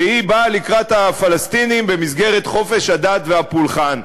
שהיא באה לקראת הפלסטינים במסגרת חופש הדת והפולחן.